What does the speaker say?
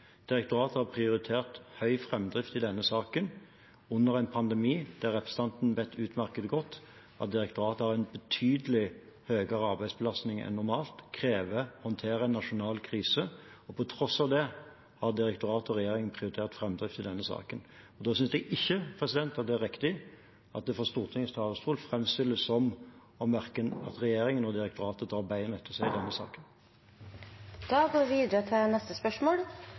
direktoratet har prioritert høy framdrift i denne saken, under en pandemi der representanten utmerket godt vet at direktoratet har en betydelig høyere arbeidsbelastning enn normalt. Det krever å håndtere en nasjonal krise. På tross av det har direktoratet og regjeringen prioritert framdrift i denne saken. Da synes jeg ikke det er riktig at det fra Stortingets talerstol framstilles som om verken regjeringen eller direktoratet drar bena etter seg i denne